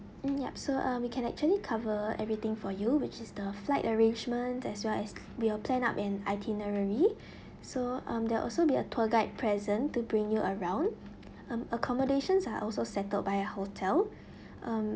mm yup so um we can actually cover everything for you which is the flight arrangement as well as we will plan up an itinerary so um there also be a tour guide present to bring you around um accommodations are also settled by a hotel um